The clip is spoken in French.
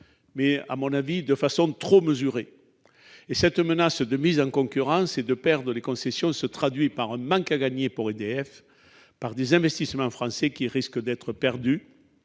mais, à mon avis, de façon trop mesurée. Cette menace de mise en concurrence et de perte des concessions se traduit par un manque à gagner pour EDF, par des investissements français qui risquent d'être perdus,